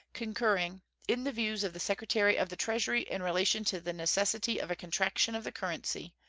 concurring in the views of the secretary of the treasury in relation to the necessity of a contraction of the currency,